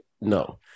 no